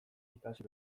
ikasi